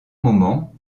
moment